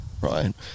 right